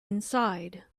inside